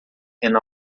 and